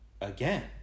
again